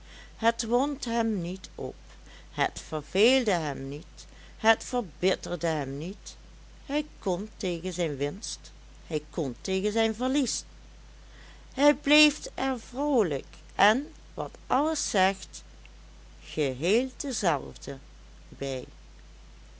het wond hem niet op het verveelde hem niet het verbitterde hem niet hij kon tegen zijn winst hij kon tegen zijn verlies hij bleef er vroolijk en wat alles zegt geheel dezelfde bij